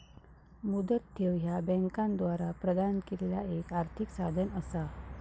मुदत ठेव ह्या बँकांद्वारा प्रदान केलेला एक आर्थिक साधन असा